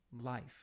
life